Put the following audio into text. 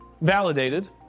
validated